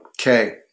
Okay